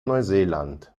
neuseeland